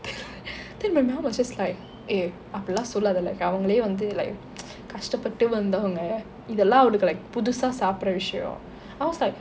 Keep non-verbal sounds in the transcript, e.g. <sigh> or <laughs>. <laughs> then my mum was just like eh அப்படி எல்லாம் சொல்லாதே அவங்களே வந்து:appadi ellam sollathe avangale vanthu like <noise> கஷ்டப்பட்டு வந்தவங்க இதெல்லாம் அவங்க புதுசா சாப்புடுற விஷயம்:kashtapattu vanthavanga ithellam avanga puthusa saapudura vishayam I was like